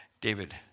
David